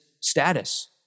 status